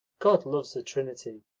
god loves a trinity.